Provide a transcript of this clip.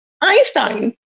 Einstein